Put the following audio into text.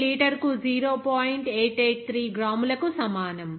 883 గ్రాములకు సమానం